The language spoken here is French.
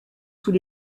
sous